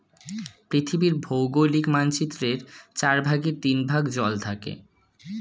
পৃথিবীর ভৌগোলিক মানচিত্রের চার ভাগের তিন ভাগ জল থাকে